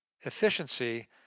efficiency